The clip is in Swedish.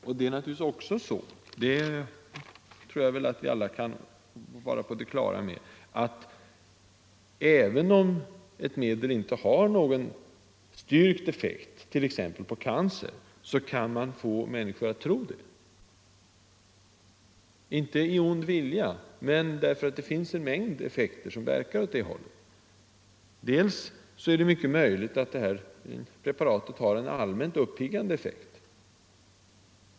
Vidare är det givetvis så, vilket vi väl alla är på det klara med, att även om ett medel inte har någon styrkt effekt på t.ex. cancer, så kan man ändå få människor att tro det, inte av ond vilja utan därför att det finns en mängd effekter som verkar åt det hållet. Det är t.ex. mycket möjligt att preparatet har en allmänt uppiggande effekt.